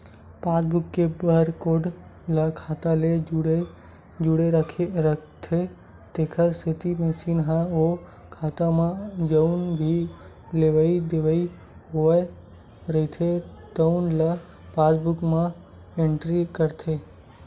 passbook के barcode ह खाता ले जुड़े रहिथे तेखर सेती मसीन ह ओ खाता म जउन भी लेवइ देवइ होए रहिथे तउन ल पासबूक म एंटरी करथे